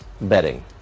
betting